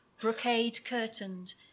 brocade-curtained